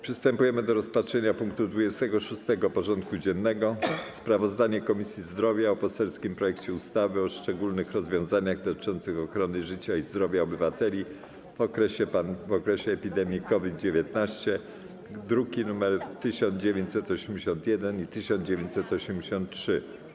Przystępujemy do rozpatrzenia punktu 26. porządku dziennego: Sprawozdanie Komisji Zdrowia o poselskim projekcie ustawy o szczególnych rozwiązaniach dotyczących ochrony życia i zdrowia obywateli w okresie epidemii COVID-19 (druki nr 1981 i 1983)